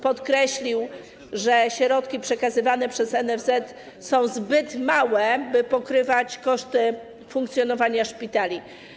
Podkreślił, że środki przekazywane przez NFZ są zbyt małe, by pokryć koszty funkcjonowania szpitali.